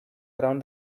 around